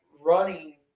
running